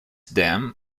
them